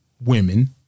women